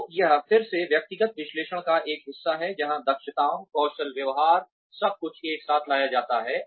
तो यह फिर से व्यक्तिगत विश्लेषण का एक हिस्सा है जहां दक्षताओं कौशल व्यवहार सब कुछ एक साथ लाया जाता है